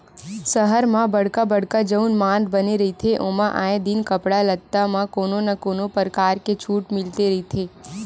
सहर म बड़का बड़का जउन माल बने रहिथे ओमा आए दिन कपड़ा लत्ता म कोनो न कोनो परकार के छूट मिलते रहिथे